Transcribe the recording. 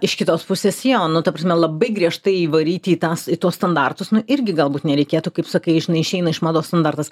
iš kitos pusės jo nu ta prasme labai griežtai įvaryti į tą į tuos standartus nu irgi galbūt nereikėtų kaip sakai iš na išeina iš mados standartas